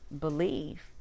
believe